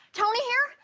tony, here,